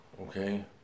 okay